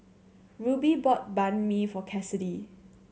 Ruby bought Banh Mi for Kassidy